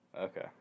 Okay